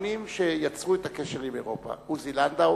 הראשונים שיצרו את הקשר עם אירופה: עוזי לנדאו